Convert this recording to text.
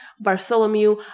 Bartholomew